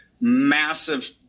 massive